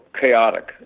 chaotic